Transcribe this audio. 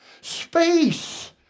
Space